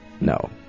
No